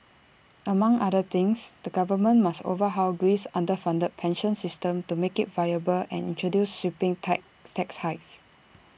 among other things the government must overhaul Greece's underfunded pension system to make IT viable and introduce sweeping tai tax hikes